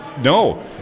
no